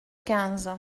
quinze